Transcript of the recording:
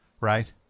right